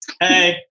Hey